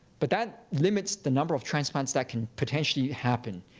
but that limits the number of transplants that can potentially happen.